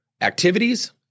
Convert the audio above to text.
activities